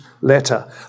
letter